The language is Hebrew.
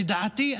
לדעתי,